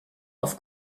auf